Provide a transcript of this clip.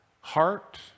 heart